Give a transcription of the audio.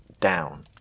Down